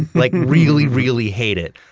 like really, really hate it.